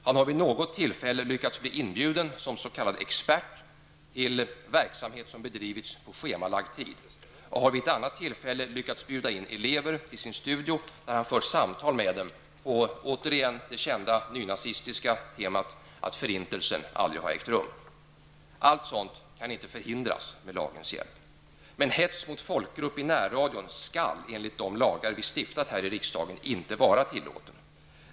Han har vid något tillfälle lyckats bli inbjuden som s.k. expert till verksamhet som bedrivits på schemalagd tid, och han har vid ett annat tillfälle lyckats bjuda in elever till sin studio där han har fört samtal med dem på det kända nynazistiska temat att förintelsen aldrig har ägt rum. Allt sådant kan inte förhindras med lagens hjälp. Men hets mot folkgrupp i närradion skall, enligt de lagar vi stiftat här i riksdagen, inte vara tillåtet.